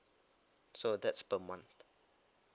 so that's per month